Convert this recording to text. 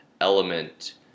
element